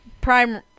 Prime